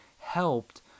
helped